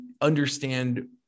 understand